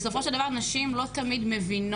בסופו של דבר לא תמיד נשים מבינות,